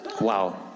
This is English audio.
wow